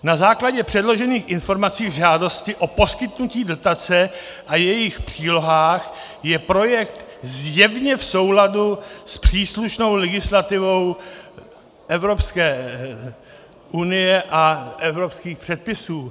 Na základě předložených informací k žádosti o poskytnutí dotace a jejich přílohách je projekt zjevně v souladu s příslušnou legislativou Evropské unie a evropských předpisů.